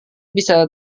bisa